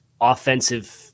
offensive